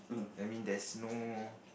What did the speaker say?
that means there's no